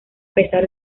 pesar